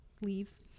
leaves